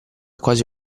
quasi